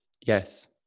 Yes